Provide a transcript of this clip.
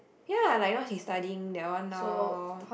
ya like now she's studying that one lor